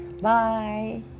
Bye